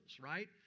right